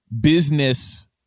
business